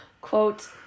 quote